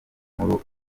inkuru